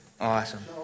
Awesome